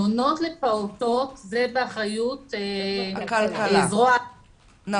מעונות לפעוטות זה באחריות זרוע ---- הכלכלה,